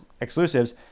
exclusives